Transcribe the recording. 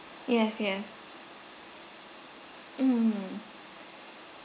yes yes mm